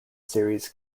series